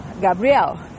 gabriel